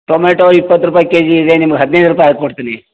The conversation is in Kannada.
ಟೊಮ್ಯಾಟೊ ಇಪ್ಪತ್ತು ರೂಪಾಯಿ ಕೆಜಿ ಇದೆ ನಿಮ್ಗೆ ಹದಿನೈದು ರೂಪಾಯಿ ಹಾಕ್ಕೊಡ್ತೀನಿ